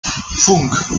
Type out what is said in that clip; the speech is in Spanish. funk